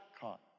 caught